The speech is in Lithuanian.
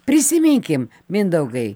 prisiminkim mindaugai